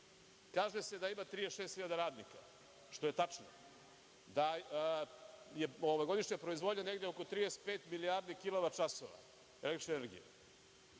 Kaže se da ima 36.000 radnika, što je tačno, da je godišnja proizvodnja negde oko 35 milijardi kilovat časova električne energije.